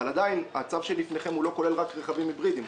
אבל עדיין הצו שלפניכם לא כולל רק רכבים היברידיים.